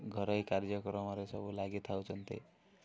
ଘରୋଇ କାର୍ଯ୍ୟକ୍ରମରେ ସବୁ ଲାଗି ଥାଉଛନ୍ତି